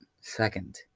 Second